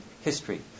history